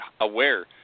aware